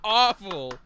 awful